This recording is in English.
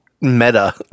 meta